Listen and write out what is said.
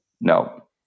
No